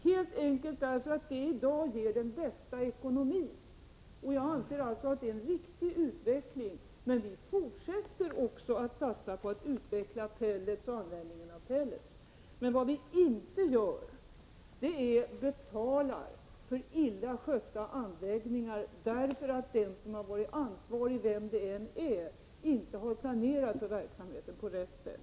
Anledningen är helt enkelt att det i dag ger den bästa ekonomin. Jag anser att det är en riktig utveckling, men vi fortsätter också att satsa på pellets och på användningen av pellets. Däremot betalar vi inte för illa skötta anläggningar därför att den som har varit ansvarig — vem det än är — inte har planerat för verksamheten på rätt sätt.